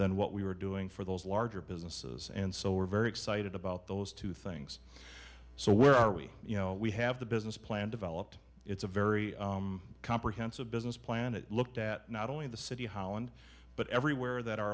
than what we were doing for those larger businesses and so we're very excited about those two things so where are we you know we have the business plan developed it's a very comprehensive business plan it looked at not only in the city holland but everywhere that our